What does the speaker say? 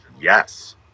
Yes